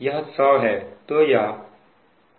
यह 100 है